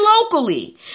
locally